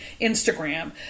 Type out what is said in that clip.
Instagram